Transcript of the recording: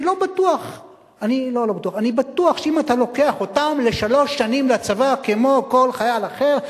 שאני בטוח שאם אתה לוקח אותם לשלוש שנים לצבא כמו כל חייל אחר,